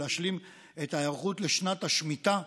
להשלים את ההיערכות לשנת השמיטה.